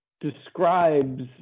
describes